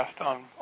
on